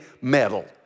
metal